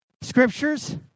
scriptures